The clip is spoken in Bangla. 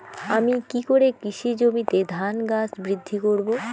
আমি কী করে কৃষি জমিতে ধান গাছ বৃদ্ধি করব?